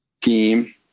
team